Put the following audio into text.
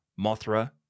Mothra